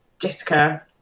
jessica